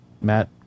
Matt